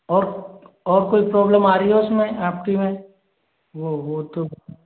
और और कोई प्रोब्लम आ रही है उसमें आपकी में वो वो तो